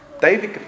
David